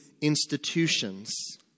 institutions